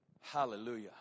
Hallelujah